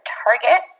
target